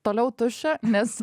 toliau tuščia nes